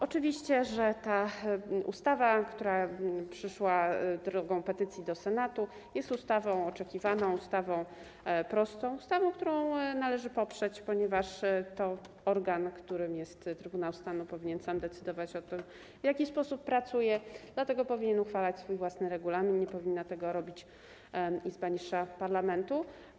Oczywiście, że ta ustawa, która przyszła drogą petycji do Senatu, jest ustawą oczekiwaną, ustawą prostą, ustawą, którą należy poprzeć, ponieważ to organ, którym jest Trybunał Stanu, powinien sam decydować o tym, w jaki sposób pracuje, powinien uchwalać swój własny regulamin, nie powinna tego robić izba niższa parlamentu.